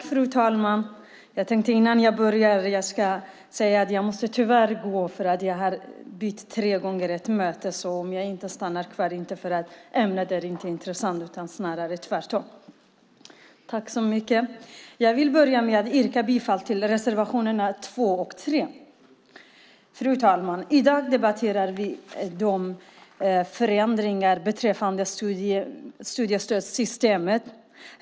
Fru talman! Jag måste tyvärr, på grund av ett möte, gå när jag har hållit mitt anförande. Att jag inte stannar beror alltså inte på att ämnet inte är intressant. Det är mycket intressant. Jag börjar med att yrka bifall till reservationerna 2 och 3. Fru talman! I dag debatterar vi förändringar i studiestödssystemet.